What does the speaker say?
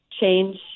change